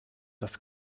das